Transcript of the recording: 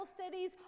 studies